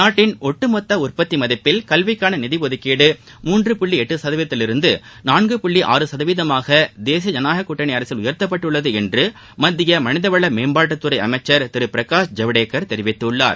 நாட்டின் ஒட்டுமொத்த உற்பத்தி மதிப்பில் கல்விக்கான நிதி ஒதுக்கீடு மூன்று புள்ளி எட்டு சதவீதத்திலிருந்து நான்கு புள்ளி ஆறு சதவீதமாக தேசிய ஜனநாயக கூட்டணி அரசில் உயர்த்தப்பட்டுள்ளது என்று மத்திய மனிதவள மேம்பாட்டுத்துறை அமைச்சர் திரு பிரகாஷ் ஜவடேகர் தெரிவித்துள்ளார்